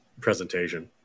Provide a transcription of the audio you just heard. presentation